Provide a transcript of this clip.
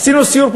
עשינו סיור,